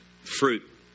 fruit